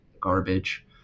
garbage